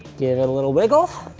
give it a little wiggle,